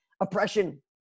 oppression